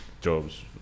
jobs